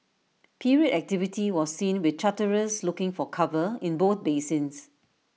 period activity was seen with charterers looking for cover in both basins